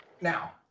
now